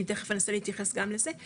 אני תיכף אנסה להתייחס גם לזה,